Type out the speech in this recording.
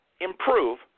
improve